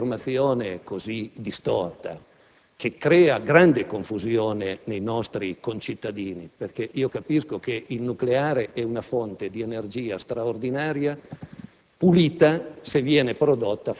Allora, questa è un'informazione distorta, che crea grande confusione nei nostri concittadini. Infatti, il nucleare è una fonte di energia straordinaria